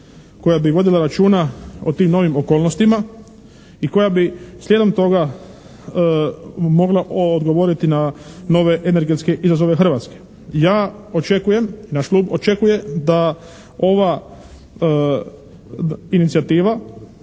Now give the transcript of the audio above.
koja bi vodila računa o tim novim okolnostima i koja bi slijedom toga mogla odgovoriti na nove energetske izazove Hrvatske. Ja očekujem i naš Klub očekuje da ova inicijativa